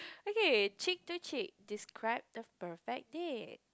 okay cheek to cheek describe the perfect day